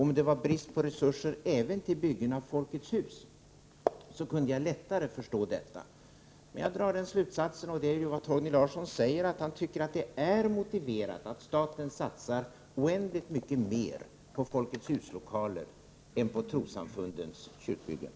Om det var brist på resurser även till byggen av Folkets hus, kunde jag lättare förstå detta. Men jag drar slutsatsen av vad Torgny Larsson säger att han tycker att det är motiverat att staten satsar oändligt mycket mer på Folkets hus-lokaler än på trossamfundens kyrkobyggen.